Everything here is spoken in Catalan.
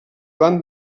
van